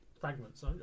fragments